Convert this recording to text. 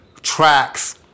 tracks